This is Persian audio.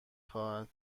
خواهد